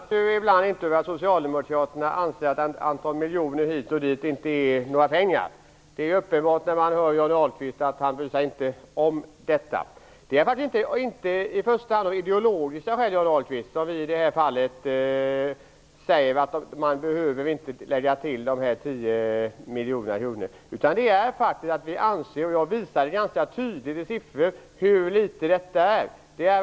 Fru talman! Man förvånas ibland inte över att socialdemokraterna anser att ett antal miljoner hit eller dit inte är några pengar. När man hör Johnny Ahlqvist är det uppenbart att man inte bryr sig om det. Det är inte i första hand av ideologiska skäl som vi säger att man inte behöver tillföra AMS dessa 10 miljoner kronor, utan det är därför att vi anser att detta är mycket litet pengar i AMS verksamhet - jag visade det tydligt i siffror.